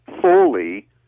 fully